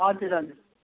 हजुर हजुर